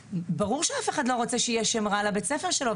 ברור שאף אחד לא רוצה שיהיה שם רע לבית הספר שלו,